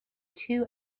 two